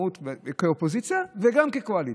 כאופוזיציה וגם כקואליציה.